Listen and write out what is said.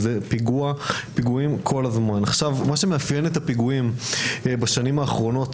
מה שמאפיין את הפיגועים בשנים האחרונות